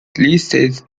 listed